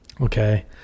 Okay